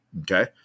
okay